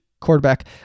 quarterback